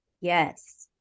Yes